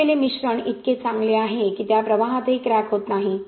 मिळविलेले मिश्रण इतके चांगले आहे की त्या प्रवाहातही क्रॅक होत नाही